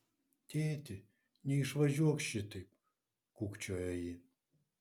tėti neišvažiuok šitaip kūkčiojo ji